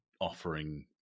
offering